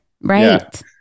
right